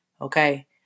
okay